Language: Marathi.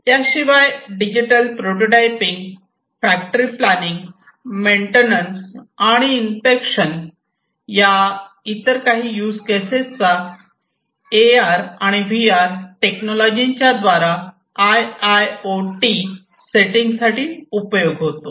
याशिवाय digital prototyping factory planning maintenance आणि इन्स्पेक्शन या इतर काही युज केसेसचा ए आर आणि व्ही आर टेक्नॉलॉजीच्या द्वारा I I O T setting साठी उपयोग होतो